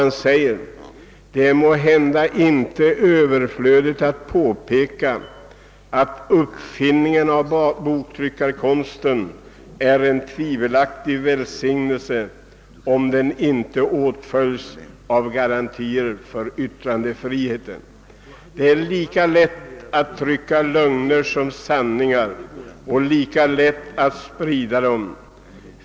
Han sade: »Det är måhända inte överflödigt att påpeka, att uppfinningen av boktryckarkonsten är en tvivelaktig välsignelse, om den inte åtföljs av garantier för yttrandefriheten. Det är ju lika lätt att trycka lögner som sanningar och lika lätt att sprida dem.